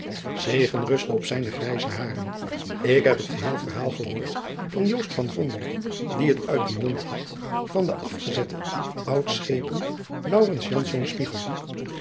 egen ruste op zijne grijze haren k heb het geheel verhaal gehoord van die het uit den mond had van den afgezetten ud